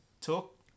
talk